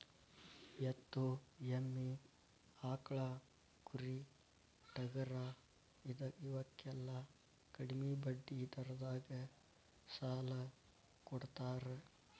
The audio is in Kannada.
ಎತ್ತು, ಎಮ್ಮಿ, ಆಕ್ಳಾ, ಕುರಿ, ಟಗರಾ ಇವಕ್ಕೆಲ್ಲಾ ಕಡ್ಮಿ ಬಡ್ಡಿ ದರದಾಗ ಸಾಲಾ ಕೊಡತಾರ